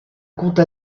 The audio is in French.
compte